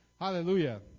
Hallelujah